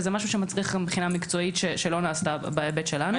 וזה משהו שמצריך בחינה מקצועית שלא נעשתה בהיבט שלנו.